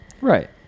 Right